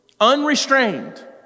Unrestrained